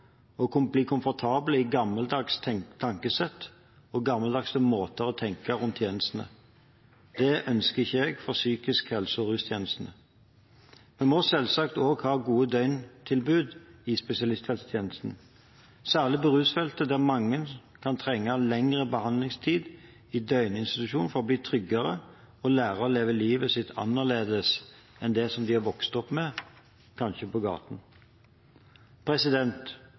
bakover og bli komfortable i et gammeldags tankesett og gammeldagse måter å tenke rundt tjenestene. Det ønsker ikke jeg for psykisk helse- og rustjenestene. Vi må selvsagt også ha gode døgntilbud i spesialisthelsetjenesten. Særlig på rusfeltet er det mange som kan trenge lengre behandlingstid i døgninstitusjon for å bli tryggere og lære å leve livet sitt annerledes enn det som de har vokst opp med, kanskje på gaten.